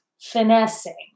finessing